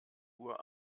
uhr